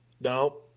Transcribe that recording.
no